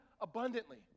abundantly